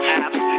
apps